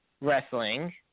Wrestling